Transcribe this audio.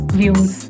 views